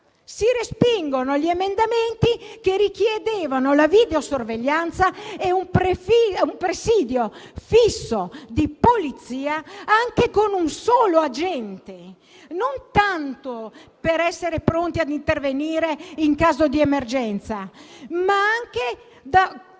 si respingono però gli emendamenti che richiedevano la videosorveglianza e un presidio fisso di polizia, anche con un solo agente, non tanto per essere pronti a intervenire in caso di emergenza, ma per